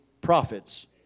prophets